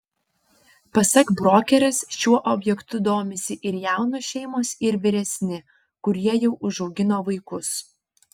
pasak brokerės šiuo objektu domisi ir jaunos šeimos ir vyresni kurie jau užaugino vaikus